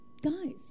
guys